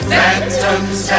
Phantoms